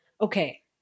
okay